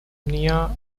nea